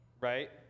Right